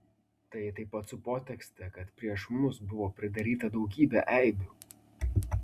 tai taip pat su potekste kad prieš mus buvo pridaryta daugybė eibių